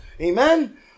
Amen